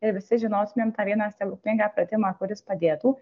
ir visi žinotumėm tą vieną stebuklingą pratimą kuris padėtų